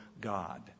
God